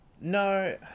no